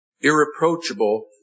irreproachable